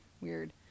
weird